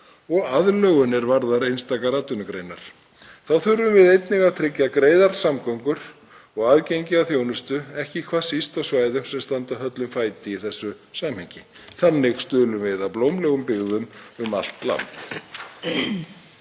og aðlögun er varðar einstakar atvinnugreinar. Þá þurfum við einnig að tryggja greiðar samgöngur og aðgengi að þjónustu, ekki hvað síst á svæðum sem standa höllum fæti í þessu samhengi. Þannig stuðlum við að blómlegum byggðum um allt land.